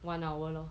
one hour lor